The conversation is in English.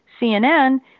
CNN